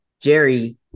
Jerry